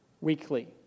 weekly